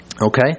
Okay